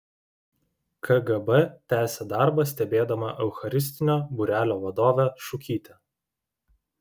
kgb tęsė darbą stebėdama eucharistinio būrelio vadovę šukytę